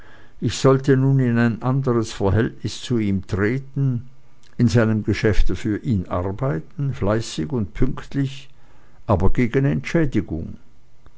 ich sollte nun in ein anderes verhältnis zu ihm treten in seinem geschäfte für ihn arbeiten fleißig und pünktlich aber gegen entschädigung